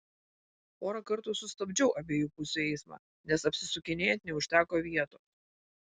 porą kartų sustabdžiau abiejų pusių eismą nes apsisukinėjant neužteko vietos